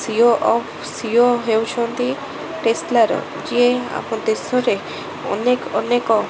C E O of C E O ହେଉଛନ୍ତି ଟେସଲାର ଯିଏ ଆମ ଦେଶରେ ଅନେକ ଅନେକ